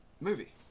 movie